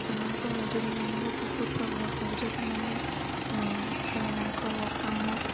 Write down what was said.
ମାନଙ୍କୁ ମଜୁରିଆମାନଙ୍କୁ ବହୁତ ପ୍ରଭାବ ପଡ଼ୁଛି ସେମାନେ ସେମାନଙ୍କ କାମ